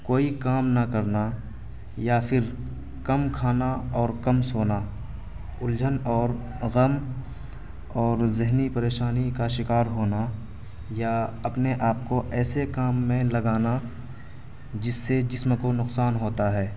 کوئی کام نہ کرنا یا پھر کم کھانا اور کم سونا الجھن اور غم اور ذہنی پریشانی کا شکار ہونا یا اپنے آپ کو ایسے کام میں لگانا جس سے جسم کو نقصان ہوتا ہے